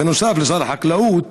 בנוסף לשר החקלאות,